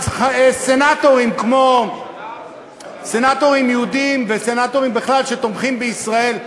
סנטורים יהודים וסנטורים בכלל שתומכים בישראל,